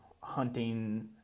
hunting